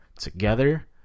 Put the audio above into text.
together